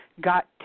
got